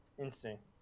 instinct